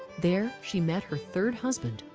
there she met her third husband,